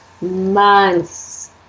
months